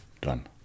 Done